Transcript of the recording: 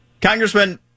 Congressman